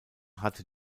hatte